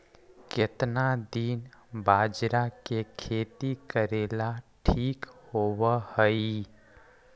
केतना दिन बाजरा के खेती करेला ठिक होवहइ?